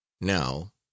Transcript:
Now